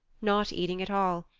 not eating at all,